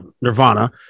Nirvana